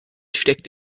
steckt